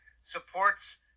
supports